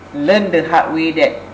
learn the hard way that